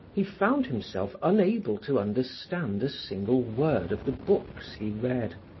he found himself unable to understand a single word of the books he read.